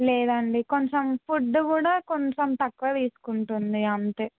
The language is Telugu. లేదండి కొంచెం ఫుడ్డు కూడా కొంచెం తక్కువ తీసుకుంటుంది అంతే